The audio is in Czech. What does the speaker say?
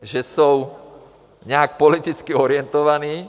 Že jsou nějak politicky orientovaní.